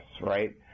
right